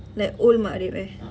like old matrep eh